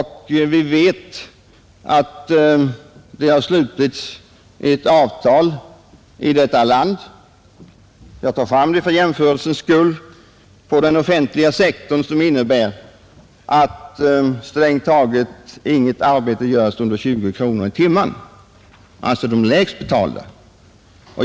Vi vet att det har slutits ett avtal i detta land — jag nämner det för jämförelses skull — innebärande att strängt taget inget arbete på den offentliga sektorn göres under 20 kronor i timmen, alltså det lägst betalda.